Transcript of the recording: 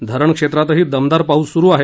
धरणक्षेत्रातही दमदार पाऊस सुरू आहे